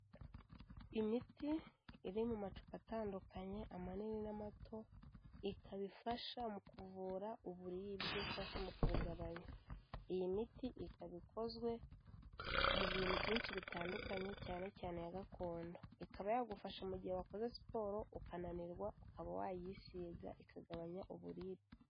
Imiti iri mu macupa atandukanye amanini n'amato, ikaba ifasha mu kuvura uburibwe cyangwa se mu kugabanya. Iyi miti ikaba ikozwe mu bintu byinshi bitandukanye cyane cyane iya gakondo, ikaba yagufasha mu gihe wakoze siporo ukananirwa ukaba wayisiga ikagabanya uburibwe.